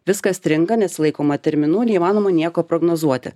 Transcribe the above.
viskas stringa nesilaikoma terminų neįmanoma nieko prognozuoti